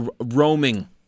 roaming